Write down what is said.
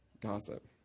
gossip